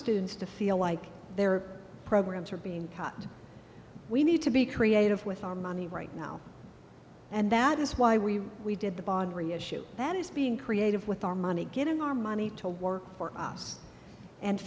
students to feel like their programs are being cut we need to be creative with our money right now and that is why we we did the badri issue that is being creative with our money getting our money to work for us and